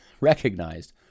recognized